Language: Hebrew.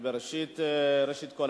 ראשית כול,